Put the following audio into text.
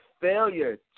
failure